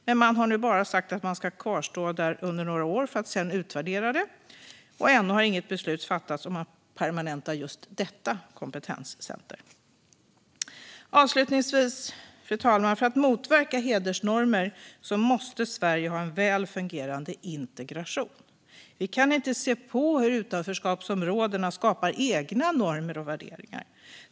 Men regeringen har nu bara sagt att verksamheten ska kvarstå under några år för att sedan utvärderas, och ännu har inget beslut fattats om att permanenta just detta kompetenscenter. Avslutningsvis, fru talman: För att motverka hedersnormer måste Sverige ha en väl fungerande integration. Vi kan inte se på när utanförskapsområden skapar egna normer och värderingar.